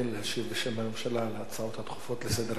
בשם הממשלה על ההצעות הדחופות לסדר-היום.